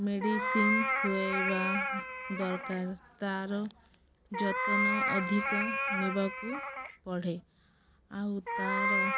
medicine ଖୁଆଇବା ଦରକାର ତାର ଯତ୍ନ ଅଧିକ ନେବାକୁ ପଢ଼େ ଆଉ ତାର